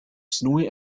snowy